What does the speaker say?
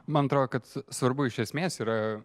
man atrodo kad svarbu iš esmės yra